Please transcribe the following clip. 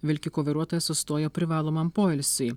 vilkiko vairuotojas sustojo privalomam poilsiui